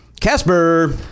casper